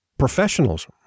Professionals